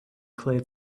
clear